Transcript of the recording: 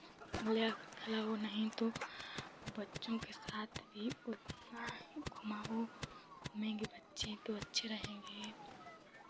ले आकर खेलाओ नहीं तो बच्चों के साथ भी उतना ही घुमाओ घूमेंगे बच्चे तो अच्छे रहेंगे